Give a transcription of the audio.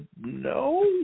no